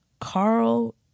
Carl